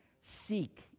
Seek